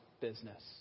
business